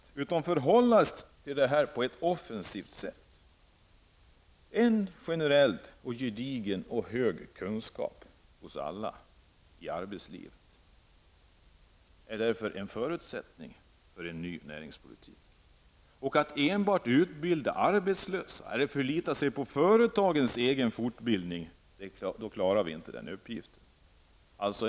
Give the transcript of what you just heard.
I stället kan vi förhålla oss till detta på ett offensivt sätt. Generella gedigna och goda kunskaper hos alla i arbetslivet är därför en förutsättning för en ny näringspolitik. Att enbart utbilda arbetslösa eller att enbart förlita sig på företagens egen fortbildning innebär att vi inte klarar den uppgiften.